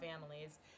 families